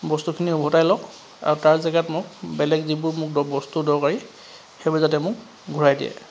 বস্তুখিনি উভতাই লওক আৰু তাৰ জেগাত মোক বেলেগ যিবোৰ মোক বস্তু দৰকাৰী সেইবোৰ যাতে মোক ঘূৰাই দিয়ে